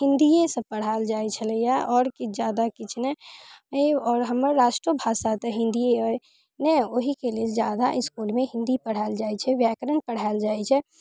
हिन्दीएसँ पढ़ैल जाइ छलै हँ आओर किछु जादा किछु नहि आओर हमर राष्ट्रभाषा तऽ हिन्दी अइ ने ओहिके लेल जादा इसकुलमे हिन्दी पढ़ैल जाइ छै व्याकरण पढ़ैल जाइ छै